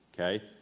okay